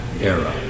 era